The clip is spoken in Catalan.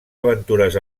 aventures